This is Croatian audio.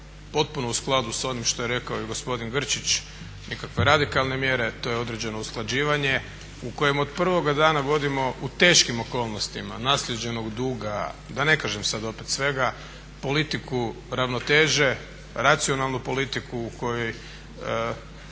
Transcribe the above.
potpuno u skladu sa onim što je rekao i gospodin Grčić nikakve radikalne mjere, to je određeno usklađivanje u kojem od prvog dana vodimo u teškim u okolnostima, naslijeđenog duga da ne kažem sad opet svega, politiku ravnoteže, racionalnu politiku u kojoj